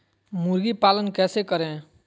मुर्गी पालन कैसे करें?